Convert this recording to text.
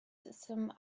some